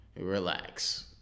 relax